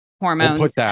hormones